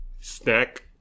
snack